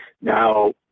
Now